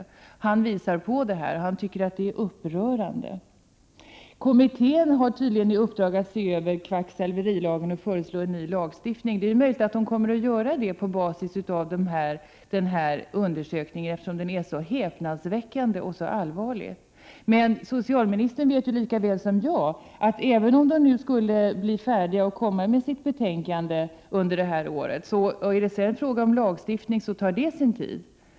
Professorn påvisar hur det förhåller sig, och han tycker att det är upprörande. Kommittén har tydligen i uppdrag att se över kvacksalverilagen och föreslå en ny lagstiftning. Det är möjligt att den kommer att göra det på basis av denna undersökning, eftersom den är så häpnadsväckande och visar på så allvarliga resultat. Socialministern vet lika väl som jag att även om kommittén skulle bli färdig med sitt arbete och komma med sitt betänkande under detta år så tar lagstiftningsprocessen sin tid.